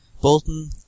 Bolton